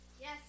yes